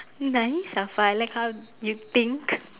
nice afar I like how you think